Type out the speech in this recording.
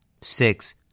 Six